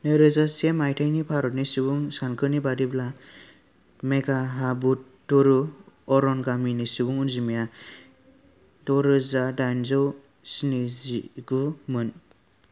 नैरोजा से मायथाइनि भारतनि सुबुं सानखोनि बादिब्ला मेघाहातुबुरु अरन गामिनि सुबुं अनजिमाया दरोजा दाइनजौ स्निजिगुमोन